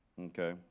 Okay